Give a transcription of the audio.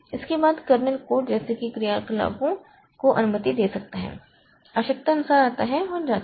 इसके बाद kernel code जैसे क्रियाकलापों को अनुमति दे सकता है आवश्यकतानुसार आता है और जाता है